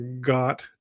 got